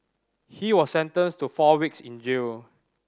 he was sentenced to four weeks in jail